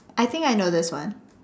I think I know this one